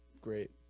great